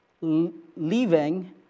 leaving